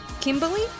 Kimberly